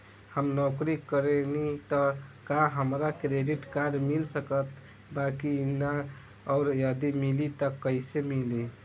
हम नौकरी करेनी त का हमरा क्रेडिट कार्ड मिल सकत बा की न और यदि मिली त कैसे मिली?